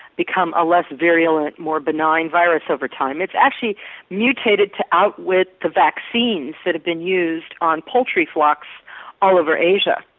become a less virulent more benign virus over time it's actually mutated to outwit the vaccines that have been used on poultry flocks all over asia.